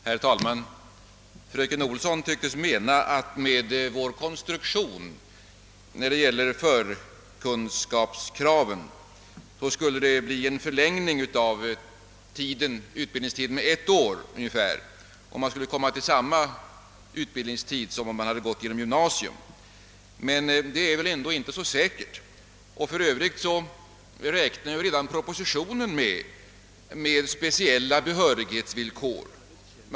Herr talman! Fröken Olsson tycks mena att den konstruktion av förkunskapskraven, som vi motionärer gjort, skulle medföra en förlängning av utbildningstiden med ungefär ett år, och att man alltså skulle komma fram till ungefär samma totala utbildningstid som vid genomgång av gymnasium. Det är väl inte så säkert, och för övrigt räknas det även i propositionen med speciella behörighetsvillkor.